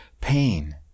pain